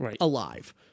alive